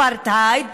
אפרטהייד,